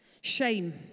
Shame